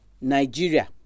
Nigeria